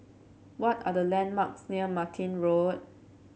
what are the landmarks near Martin Road